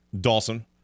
Dawson